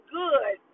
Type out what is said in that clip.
good